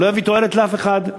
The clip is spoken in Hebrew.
שלא יביא תועלת לאף אחד,